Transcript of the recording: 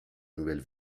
nouvelle